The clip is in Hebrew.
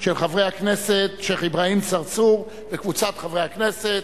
של חבר הכנסת שיח' אברהים צרצור וקבוצת חברי הכנסת.